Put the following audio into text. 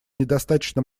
недостаточно